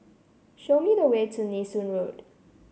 show me the way to Nee Soon Road